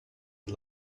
had